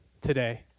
today